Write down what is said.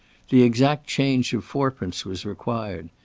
the exact change of fourpence was required.